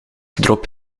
drop